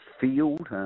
field